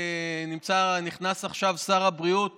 נכנס עכשיו שר הבריאות